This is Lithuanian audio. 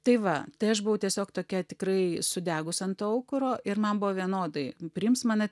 tai va tai aš buvau tiesiog tokia tikrai sudegus ant aukuro ir man buvo vienodai priims mane